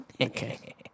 Okay